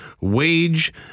wage